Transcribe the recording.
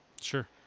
Sure